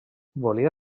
volia